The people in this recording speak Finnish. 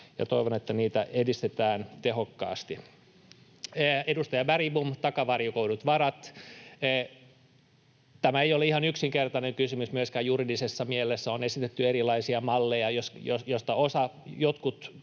toivon, että niitä edistetään tehokkaasti. Edustaja Bergbom, takavarikoidut varat. Tämä ei ole ihan yksinkertainen kysymys myöskään juridisessa mielessä. On esitetty erilaisia malleja, joista jotkut perustuvat